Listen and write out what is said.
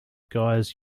guys